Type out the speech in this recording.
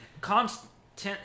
constant